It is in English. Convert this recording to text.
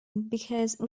because